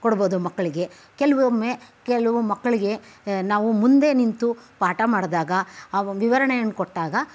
ಕೊಡ್ಬೋದು ಮಕ್ಕಳಿಗೆ ಕೆಲವೊಮ್ಮೆ ಕೆಲವು ಮಕ್ಕಳಿಗೆ ನಾವು ಮುಂದೆ ನಿಂತು ಪಾಠ ಮಾಡಿದಾಗ ವಿವರಣೆಯನ್ನು ಕೊಟ್ಟಾಗ